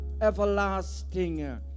everlasting